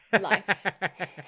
life